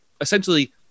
essentially